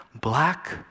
Black